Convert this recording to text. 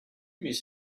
miss